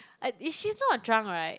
she's not a drunk [right]